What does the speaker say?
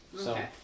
Okay